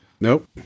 Nope